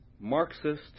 Marxist